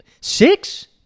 Six